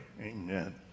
amen